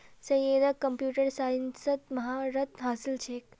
सैयदक कंप्यूटर साइंसत महारत हासिल छेक